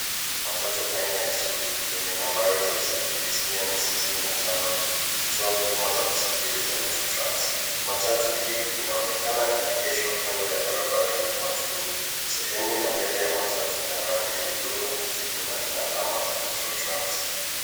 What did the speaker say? Matatu aina ya Isuzu lenye nambari za usajili sitini na tano likitoa huduma za usafiri za Metro trans. Matatu hii inaonekana imeegeshwa kando ya barabara enye watu wengi. Sehemu ya mbele ya matatu ina rangi ya buluu na kijivu na ina alama za Metro trans.